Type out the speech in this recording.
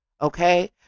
okay